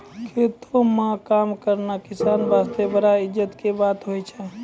खेतों म काम करना किसान वास्तॅ बड़ा इज्जत के बात होय छै